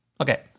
Okay